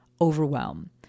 overwhelm